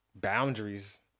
boundaries